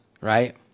right